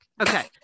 Okay